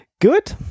Good